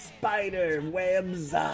Spider-Web's